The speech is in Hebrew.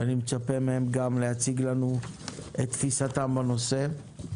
ואני מצפה מהם להציג לנו גם את תפיסתם בנושא.